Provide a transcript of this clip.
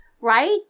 Right